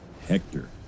Hector